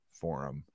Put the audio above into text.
forum